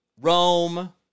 Rome